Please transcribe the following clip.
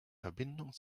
verbindung